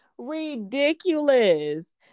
ridiculous